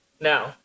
Now